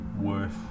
worth